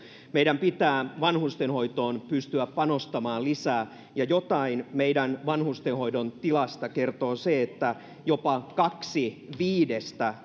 meidän pitää vanhustenhoitoon pystyä panostamaan lisää ja jotain meidän vanhustenhoidon tilasta kertoo se että jopa kaksi viidestä